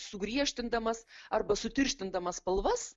sugriežtindamas arba sutirštindamas spalvas